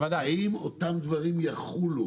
האם אותם דברים יחולו